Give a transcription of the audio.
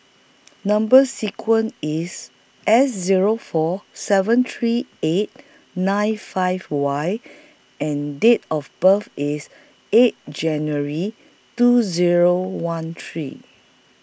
Number sequence IS S Zero four seven three eight nine five Y and Date of birth IS eighth January two Zero one three